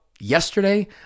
Yesterday